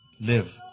live